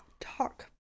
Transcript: talk